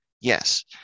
yes